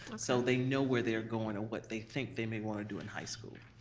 so they know where they're going or what they think they may wanna do in high school.